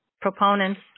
proponents